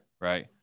right